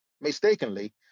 mistakenly